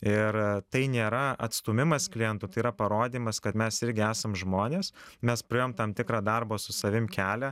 ir tai nėra atstūmimas kliento tai yra parodymas kad mes irgi esam žmonės mes praėjom tam tikrą darbo su savim kelią